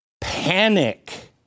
Panic